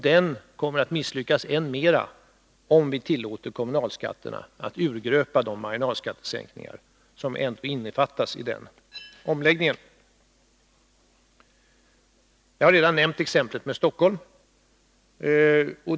Den kommer att misslyckas än mera, om vi tillåter kommunalskatterna att urgröpa de marginalskattesänkningar som ändå ingår i den omläggningen. Jag har redan nämnt exemplet Stockholm.